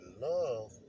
love